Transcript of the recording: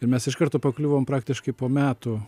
ir mes iš karto pakliuvom praktiškai po metų